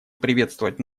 приветствовать